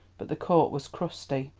but the court was crusty.